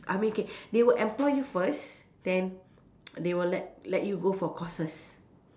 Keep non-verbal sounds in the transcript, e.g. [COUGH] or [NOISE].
I mean okay [BREATH] they will employ you first then [NOISE] they will let let you go for courses